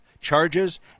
charges